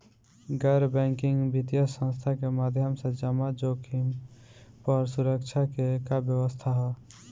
गैर बैंकिंग वित्तीय संस्था के माध्यम से जमा जोखिम पर सुरक्षा के का व्यवस्था ह?